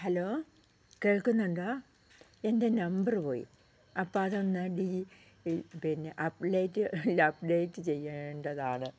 hello കേൾക്കുന്നുണ്ടോ എൻ്റെ number പോയി അപ്പം അതൊന്ന് ഡിലീറ്റ് ഈ പിന്നെ അപ്ഡേറ്റ് ഇൽ അപ്ഡേറ്റ് ചെയ്യേണ്ടതാണ്